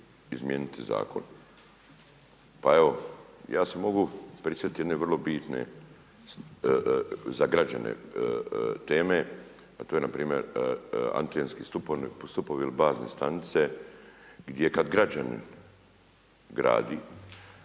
izmijeniti zakon. Pa evo ja se mogu prisjetiti jedne vrlo bitne za građane teme, a to je npr. antenski stupovi ili bazne stanice gdje kada građanin gradi,